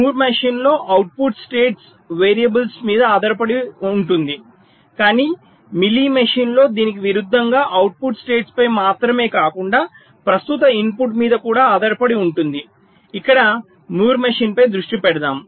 మూర్ మెషిన్లో output state variables మీద మాత్రమే ఆధారపడి ఉంటుంది కానీ మీలీ మెషీన్లో దీనికి విరుద్ధంగా అవుట్పుట్ స్టేట్ ఫై మాత్రమే కాకుండా ప్రస్తుత ఇన్పుట్ మీద కూడా ఆధారపడి ఉంటుంది ఇక్కడ మూర్ మెషిన్ ఫై దృష్టి పెడదాం